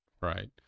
Right